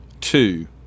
two